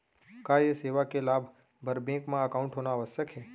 का ये सेवा के लाभ बर बैंक मा एकाउंट होना आवश्यक हे